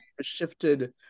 shifted